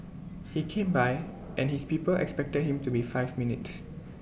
he came by and his people expected him to be five minutes